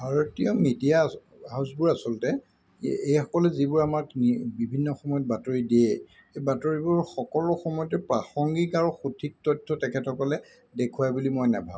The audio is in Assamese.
ভাৰতীয় মিডিয়া হাউচবোৰ আচলতে এইসকলে যিবোৰ আমাক বিভিন্ন সময়ত বাতৰি দিয়ে এই বাতৰিবোৰ সকলো সময়তে প্ৰাসংগিক আৰু সঠিক তথ্য তেখেতসকলে দেখুৱাই বুলি মই নেভাবোঁ